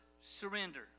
surrender